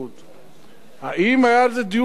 האם היה על זה דיון שרי הליכוד?